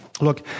Look